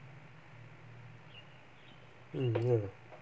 mm ya